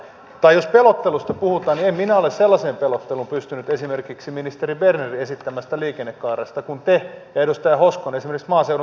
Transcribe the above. tai jos pelottelusta puhutaan niin en minä ole sellaiseen pelotteluun pystynyt esimerkiksi ministeri bernerin esittämästä liikennekaaresta kuin te ja edustaja hoskonen esimerkiksi maaseudun tulevaisuudessa